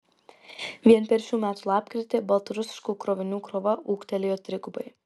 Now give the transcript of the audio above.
vien per šių metų lapkritį baltarusiškų krovinių krova ūgtelėjo trigubai